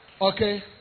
Okay